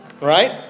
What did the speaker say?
Right